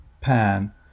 Pan